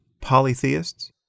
Polytheists